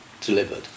delivered